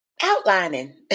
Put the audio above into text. outlining